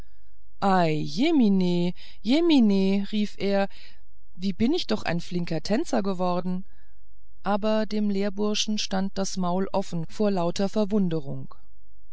rief er wie bin ich doch solch ein flinker tänzer geworden aber dem lehrburschen stand das maul offen vor lauter verwunderung